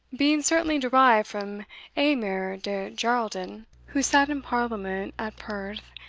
being certainly derived from aymer de geraldin, who sat in parliament at perth,